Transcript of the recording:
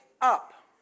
up